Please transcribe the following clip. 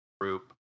group